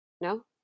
No